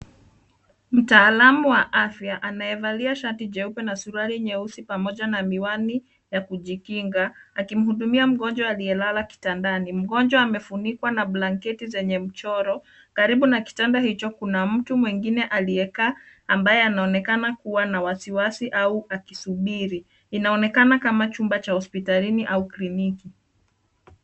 Mtaalamu wa afya, amevalia shati jeupe na suruali nyeusi pamoja na miwani ya kujikinga, akimhudumia mgonjwa aliyelala kitandani. Mgonjwa amefunikwa na blanketi zenye mchoro. Karibu na kitanda hicho, kuna mtu mwingine aliyekaa ambaye anaonekana kuwa na wasiwasi au akisubiri. Inaonekana kama chumba cha hospitalini au kliniki.